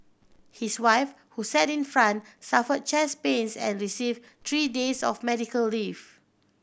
his wife who sat in front suffered chest pains and received three days of medical leave